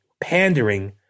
pandering